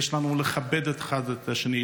יש לכבד אחד את השני,